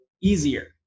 easier